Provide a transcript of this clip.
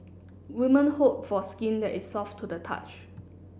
women hope for skin that is soft to the touch